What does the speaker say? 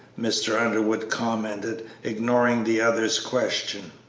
mr. underwood commented, ignoring the other's question.